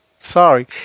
Sorry